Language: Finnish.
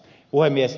puhemies